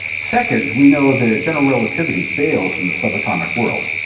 second, we know that general relativity fails in the subatomic world,